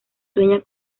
sueña